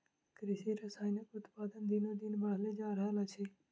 कृषि रसायनक उत्पादन दिनोदिन बढ़ले जा रहल अछि